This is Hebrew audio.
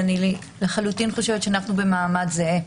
ואני חושבת שאנו במעמד זהה.